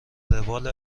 روال